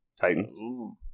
Titans